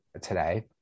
today